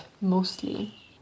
mostly